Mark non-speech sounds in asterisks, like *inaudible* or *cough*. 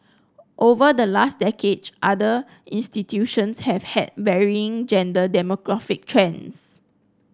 over the last *unintelligible* other institutions have had varying gender demographic trends